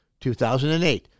2008